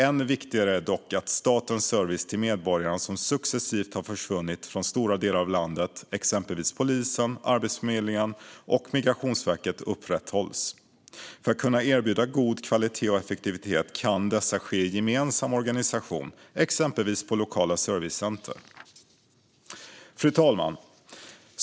Än viktigare är dock att statens service till medborgarna, som successivt har försvunnit från stora delar av landet, upprätthålls - det gäller exempelvis polisen, Arbetsförmedlingen och Migrationsverket. För att man ska kunna erbjuda en god kvalitet och effektivitet kan detta ske i en gemensam organisation, exempelvis på lokala servicecenter. Fru talman!